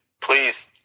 please